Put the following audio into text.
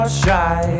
shy